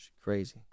Crazy